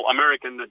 American